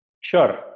Sure